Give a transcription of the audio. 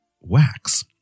wax